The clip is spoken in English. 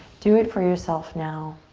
do it for yourself now.